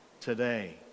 today